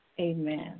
Amen